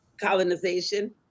colonization